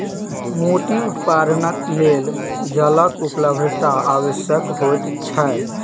मोती उत्पादनक लेल जलक उपलब्धता आवश्यक होइत छै